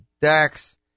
Dax